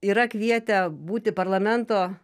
yra kvietę būti parlamento